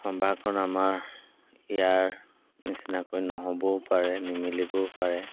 সম্ভাৰখন আমাৰ ইয়াৰ নিচিনাকৈ নহ'বও পাৰে নিমিলিবও পাৰে